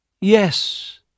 Yes